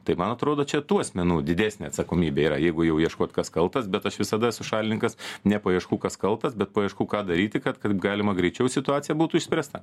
tai man atrodo čia tų asmenų didesnė atsakomybė yra jeigu jau ieškot kas kaltas bet aš visada esu šalininkas ne paieškų kas kaltas bet paieškų ką daryti kad kaip galima greičiau situacija būtų išspręsta